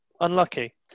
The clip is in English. Unlucky